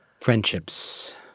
friendships